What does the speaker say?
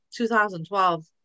2012